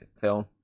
film